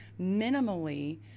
minimally